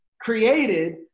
created